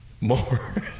More